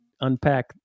unpack